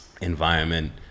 environment